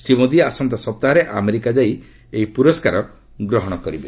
ଶ୍ରୀ ମୋଦି ଆସନ୍ତା ସପ୍ତାହରେ ଆମେରିକା ଯାଇ ଏହି ପୁରସ୍କାର ଗ୍ରହଣ କରିବେ